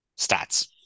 stats